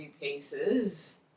pieces